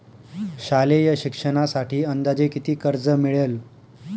शालेय शिक्षणासाठी अंदाजे किती कर्ज मिळेल?